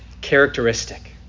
characteristic